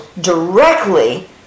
directly